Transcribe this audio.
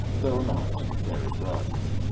though not very broadly.